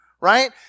Right